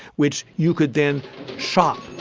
which you could then shop